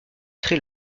très